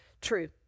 true